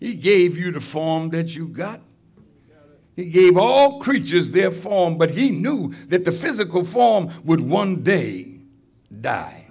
he gave you to form that you got he gave all creatures their form but he knew that the physical form would one day die